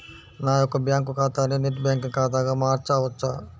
నా యొక్క బ్యాంకు ఖాతాని నెట్ బ్యాంకింగ్ ఖాతాగా మార్చవచ్చా?